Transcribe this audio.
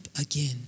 again